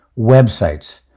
Websites